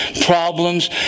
problems